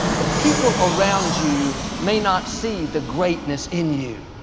the people around you may not see the greatness in you.